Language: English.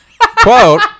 quote